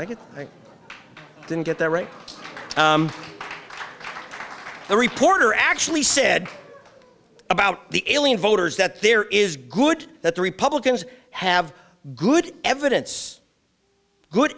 they didn't get that right thank the reporter actually said about the alien voters that there is good that the republicans have good evidence good